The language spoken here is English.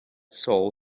soul